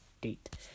date